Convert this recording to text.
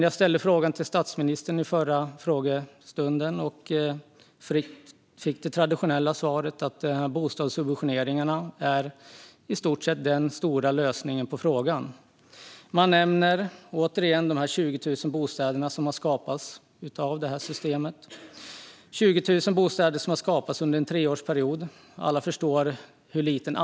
Jag ställde frågan till statsministern under den förra frågestunden och fick det traditionella svaret att bostadssubventioneringarna i stort sett är den stora lösningen på frågan. Man nämner återigen de 20 000 bostäder som har skapats av det systemet under en treårsperiod.